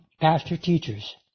pastor-teachers